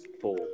four